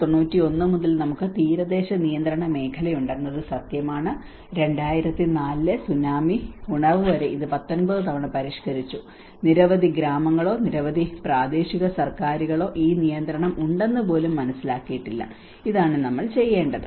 1991 മുതൽ നമുക്ക് തീരദേശ നിയന്ത്രണ മേഖലയുണ്ടെന്നത് സത്യമാണ് 2004 ലെ സുനാമി ഉണർവ് വരെ ഇത് 19 തവണ പരിഷ്കരിച്ചു നിരവധി ഗ്രാമങ്ങളോ നിരവധി പ്രാദേശിക സർക്കാരുകളോ ഈ നിയന്ത്രണം ഉണ്ടെന്ന് പോലും മനസ്സിലാക്കിയിട്ടില്ല ഇതാണ് നമ്മൾ ചെയ്യേണ്ടത്